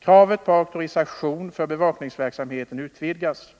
Kravet på auktorisation för bevakningsverksamheten utvidgas,